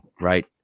right